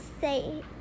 say